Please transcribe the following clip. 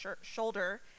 shoulder